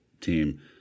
team